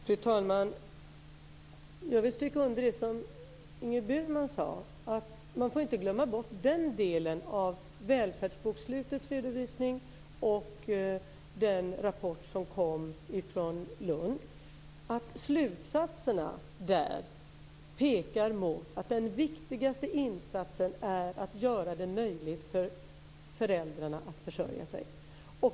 Fru talman! Jag vill stryka under det som Ingrid Burman sade, att man får inte glömma bort den delen av välfärdsbokslutets redovisning och den rapport som kom från Lund där slutsatserna pekar mot att den viktigaste insatsen är att göra det möjligt för föräldrarna att försörja sig.